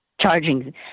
charging